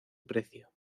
precio